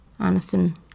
Aniston